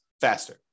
faster